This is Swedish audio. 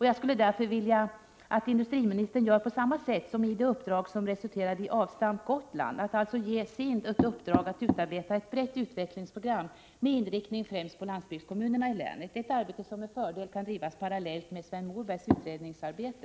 Jag skulle därför vilja att industriministern gör på samma sätt som när det gällde det uppdrag som resulterade i ”avstamp Gotland”, dvs. ger SIND ett uppdrag att utarbeta ett brett utvecklingsprogram med inriktning främst på landsbygdskommunerna i länet. Det är ett arbete som med fördel kan drivas parallellt med Sven Mobergs utredningsarbete.